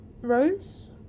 rose